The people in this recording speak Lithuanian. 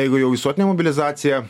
jeigu jau visuotinė mobilizacija